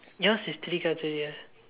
yours is three cards already ah